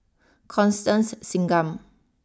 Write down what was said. Constance Singam